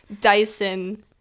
Dyson